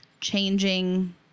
changing